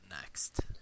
next